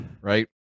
right